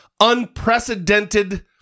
unprecedented